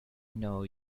know